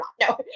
No